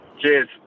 Cheers